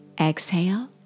exhale